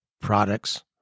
products